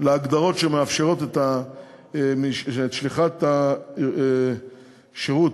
להגדרות שמאפשרות את שליחת בני השירות